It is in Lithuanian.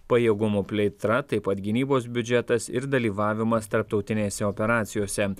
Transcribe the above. pajėgumo plėtra taip pat gynybos biudžetas ir dalyvavimas tarptautinėse operacijose